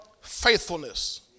faithfulness